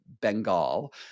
Bengal